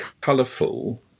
colourful